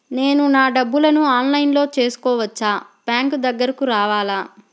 నేను నా డబ్బులను ఆన్లైన్లో చేసుకోవచ్చా? బ్యాంక్ దగ్గరకు రావాలా?